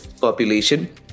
population